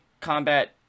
combat